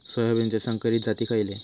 सोयाबीनचे संकरित जाती खयले?